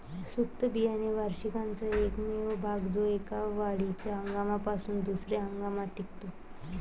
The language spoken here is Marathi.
सुप्त बियाणे वार्षिकाचा एकमेव भाग जो एका वाढीच्या हंगामापासून दुसर्या हंगामात टिकतो